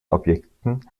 objekten